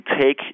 take